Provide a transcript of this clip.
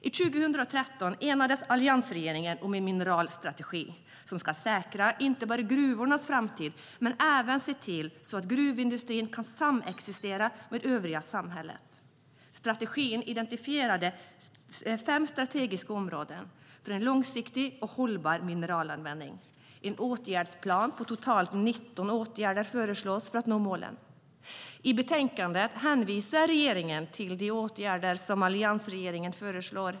År 2013 enades alliansregeringen om en mineralstrategi som inte bara ska säkra gruvornas framtid utan även se att gruvindustrin kan samexistera med övriga samhället. Strategin identifierar fem strategiska områden för en långsiktig och hållbar mineralanvändning. En åtgärdsplan på totalt 19 åtgärder föreslås för att nå målen. I betänkandet hänvisar regeringen till de åtgärder som alliansregeringen föreslagit.